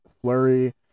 Flurry